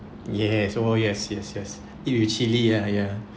yes oh yes yes yes eat with chili ah ya